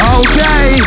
okay